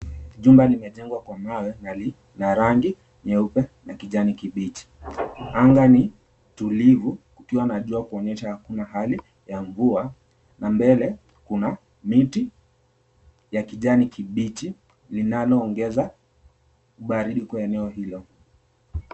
Jumba limejengwa kwa mawe na lina rangi nyeupe na kijani kibichi. Anga ni tulivu kukiwa na jua ikionyesha kuwa hakuna hali ya mvua na mbele kuna miti ya kijani kibichi linalo ongeza baridi kwa eneo hilo.